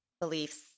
beliefs